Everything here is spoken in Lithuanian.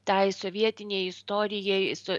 tai sovietinei istorijai so